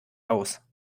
aus